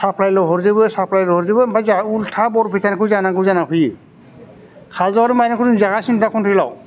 साप्लायल' हरजोबो साप्लायल' हरजोबो ओमफ्राय जाहा उलथा बरपेटानिखौ जानांगौ जानानै फैयो खाजर माइरंखौनो जागासिनो दा कनट्रलाव